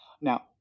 Now